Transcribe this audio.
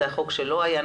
זה החוק שלו היה.